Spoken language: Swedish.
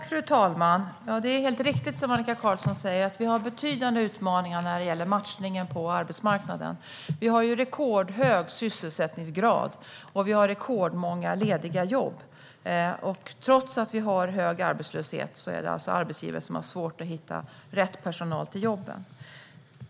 Fru talman! Ja, det är helt riktigt som Annika Qarlsson säger: Vi har betydande utmaningar när det gäller matchningen på arbetsmarknaden. Vi har ju rekordhög sysselsättningsgrad och rekordmånga lediga jobb. Trots att vi har hög arbetslöshet är det alltså arbetsgivare som har svårt att hitta rätt personal till jobben.